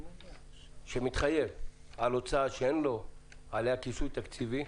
שמתחייב על הוצאה שאין לו עליה כיסוי תקציבי,